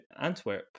Antwerp